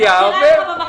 נמאס לנו,